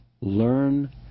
learn